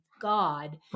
God